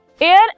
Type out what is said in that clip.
Air